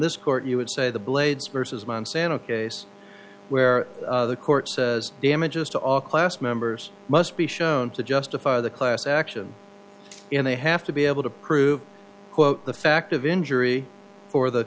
this court you would say the blades versus monsanto case where the court says damages to all class members must be shown to justify the class action and they have to be able to prove quote the fact of injury or the